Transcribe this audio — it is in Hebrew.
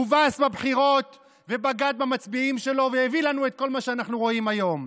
הובס בבחירות ובגד במצביעים שלו והביא לנו את כל מה שאנחנו רואים היום.